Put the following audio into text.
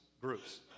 groups